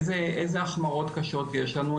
איזה החמרות קשות יש לנו,